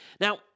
Now